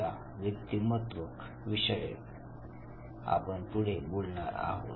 'व्यक्तिमत्व' याविषयी आपण पुढे बोलणार आहोत